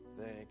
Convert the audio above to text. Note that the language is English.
Thank